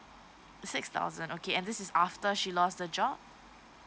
six thousand okay and this is after she lost the job